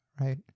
right